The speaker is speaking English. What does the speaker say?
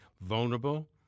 vulnerable